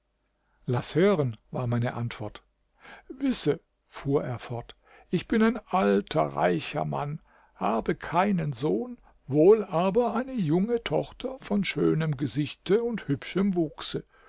laß hören war meine antwort wisse fuhr er fort ich bin ein alter reicher mann habe keinen sohn wohl aber eine junge tochter von schönem gesichte und hübschem wuchse